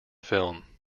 film